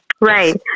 Right